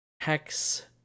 hex